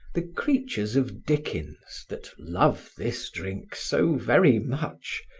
the creatures of dickens that love this drink so very much,